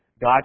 God